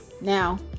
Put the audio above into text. Now